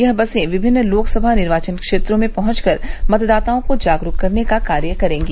यह बसें विभिन्न लोकसभा निर्वाचन क्षेत्रों में पहुंच कर मतदाताओं को जागरूक करने का कार्य करेगी